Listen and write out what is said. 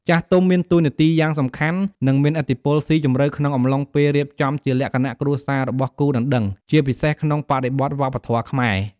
ចាស់ទុំមានតួនាទីយ៉ាងសំខាន់ និងមានឥទ្ធិពលស៊ីជម្រៅក្នុងអំឡុងពេលរៀបចំជាលក្ខណៈគ្រួសាររបស់គូដណ្ដឹង ជាពិសេសក្នុងបរិបទវប្បធម៌ខ្មែរ។